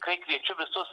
kai kviečiu visus